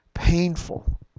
painful